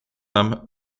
nahm